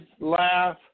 laugh